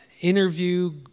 interview